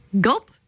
Gulp